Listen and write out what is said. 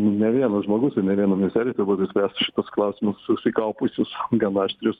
ne vienas žmogus ir ne viena ministerija turbūt išspręstų šituos klausimus susikaupusius gana aštrius